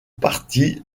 partie